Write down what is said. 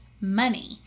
money